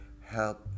help